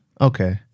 Okay